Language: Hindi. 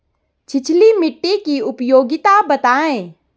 छिछली मिट्टी की उपयोगिता बतायें?